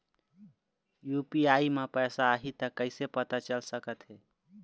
UPI म पैसा आही त कइसे पता चल सकत हे?